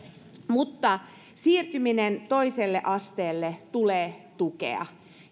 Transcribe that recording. mutta siirtymistä toiselle asteelle tulee tukea